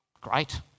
great